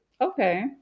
Okay